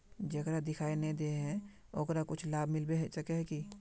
जेकरा दिखाय नय दे है ओकरा कुछ लाभ मिलबे सके है की?